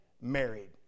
married